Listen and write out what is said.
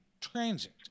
transit